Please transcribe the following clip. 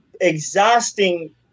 exhausting